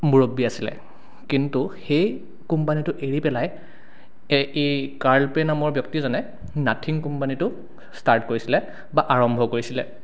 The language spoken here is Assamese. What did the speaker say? মূৰব্বী আছিলে কিন্তু সেই কোম্পানীটো এৰি পেলাই এই এই কাৰ্ল পে' নামৰ ব্যক্তিজনে নাথিং কোম্পানিটো ষ্টাৰ্ট কৰিছিলে বা আৰম্ভ কৰিছিলে